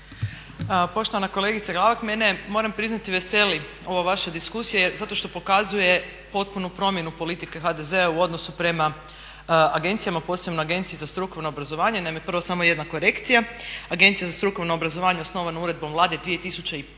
Poštovana kolegice Glavak mene moram priznati veseli ova vaša diskusija zato što pokazuje potpuno promjenu politike HDZ-a u odnosu prema agencijama posebno Agenciji za strukovno obrazovanje. Naime, prvo samo jedna korekcija, Agencija za strukovno obrazovanje osnovana je uredbom Vlade 2005.